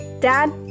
Dad